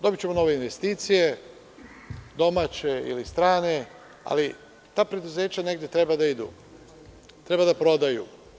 Dobićemo nove investicije, domaće ili strane, ali ta preduzeća treba negde da idu, treba da prodaju.